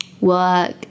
work